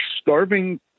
starving